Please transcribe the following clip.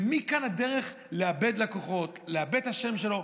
ומכאן הדרך לאבד לקוחות ואת השם שלו,